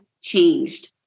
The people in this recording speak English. changed